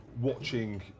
watching